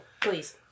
Please